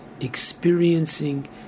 experiencing